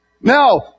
Now